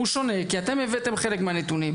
הוא שונה כי אתם הבאתם חלק מהנתונים,